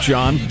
John